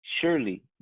surely